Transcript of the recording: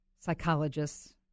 psychologists